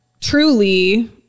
truly